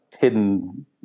hidden